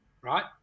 right